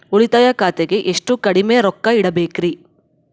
ಉಳಿತಾಯ ಖಾತೆಗೆ ಎಷ್ಟು ಕಡಿಮೆ ರೊಕ್ಕ ಇಡಬೇಕರಿ?